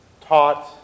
taught